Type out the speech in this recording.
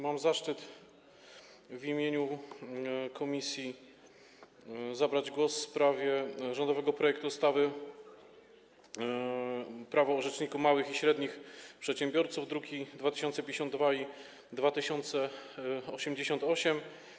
Mam zaszczyt w imieniu komisji zabrać głos w sprawie rządowego projektu ustawy o Rzeczniku Małych i Średnich Przedsiębiorców, druki nr 2052 i 2088.